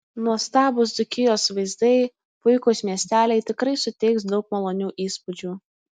nuostabūs dzūkijos vaizdai puikūs miesteliai tikrai suteiks daug malonių įspūdžių